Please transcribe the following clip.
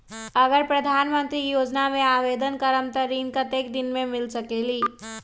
अगर प्रधानमंत्री योजना में आवेदन करम त ऋण कतेक दिन मे मिल सकेली?